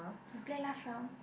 we play last round